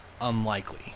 unlikely